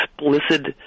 explicit